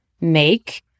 make